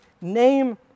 name